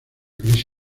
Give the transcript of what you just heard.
crisis